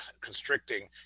constricting